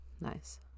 nice